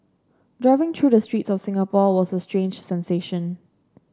driving through the streets of Singapore was a strange sensation